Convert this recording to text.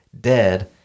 dead